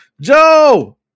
Joe